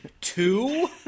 two